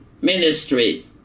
ministry